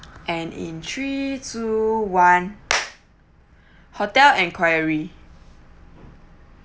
and in three two one hotel inquiry